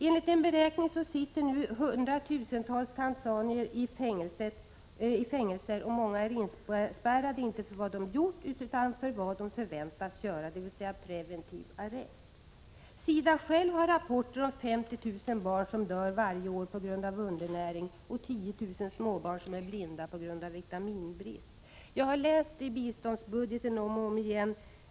— Enligt en beräkning sitter nu hundratusentals tanzanier i fängelser. Många är inspärrade, inte för vad de gjort utan för vad de förväntas göra — dvs. preventiv arrest! SIDA själv har rapporter om att 50 000 barn dör varje år på grund av undernäring och att 10 000 småbarn är blinda på grund av vitaminbrist. Jag har läst biståndsbudgeten om och om igen.